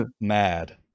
mad